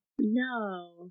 no